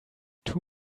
too